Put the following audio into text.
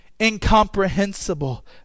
incomprehensible